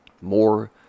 more